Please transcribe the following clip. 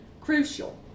crucial